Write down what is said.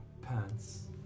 pants